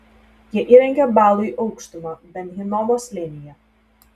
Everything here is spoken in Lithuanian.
jie įrengė baalui aukštumą ben hinomo slėnyje